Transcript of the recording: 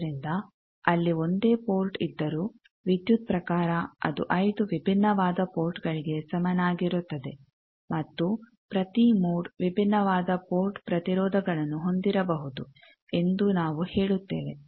ಆದ್ದರಿಂದ ಅಲ್ಲಿ ಒಂದೇ ಪೋರ್ಟ್ ಇದ್ದರೂ ವಿದ್ಯುತ್ ಪ್ರಕಾರ ಅದು ಐದು ವಿಭಿನ್ನವಾದ ಪೋರ್ಟ್ ಗಳಿಗೆ ಸಮನಾಗಿರುತ್ತದೆ ಮತ್ತು ಪ್ರತೀ ಮೋಡ್ ವಿಭಿನ್ನವಾದ ಪೋರ್ಟ್ ಪ್ರತಿರೋಧಗಳನ್ನು ಹೊಂದಿರಬಹುದು ಎಂದೂ ನಾವು ಹೇಳುತ್ತೇವೆ